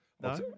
No